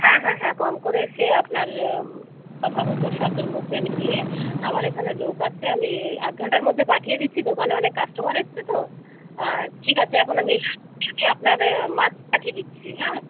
হ্যাঁ হ্যাঁ হ্যাঁ কম করে সে আপনার কথা মতো সাতের মধ্যে আমি নিয়ে আমার এখানে লোক আছে আমি আধ ঘণ্টার মধ্যে পাঠিয়ে দিচ্ছি দোকানে অনেক কাস্টমার এসেছে তো ঠিক আছে এখন আমি রাখছি আমি আপনার মাছ পাঠিয়ে দিচ্ছি হ্যাঁ